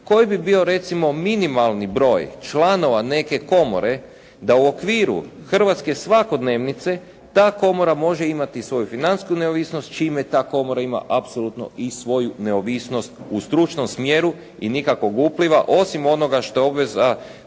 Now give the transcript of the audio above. koji bi bio recimo minimalni broj članova neke komore da u okviru hrvatske svakodnevnice ta komora može imati svoju financijsku neovisnost čime ta komora ima apsolutno i svoju neovisnost u stručnom smjeru i nikakvog upliva osim onoga što je obveza